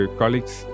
colleagues